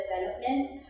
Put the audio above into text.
development